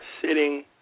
sitting